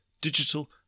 digital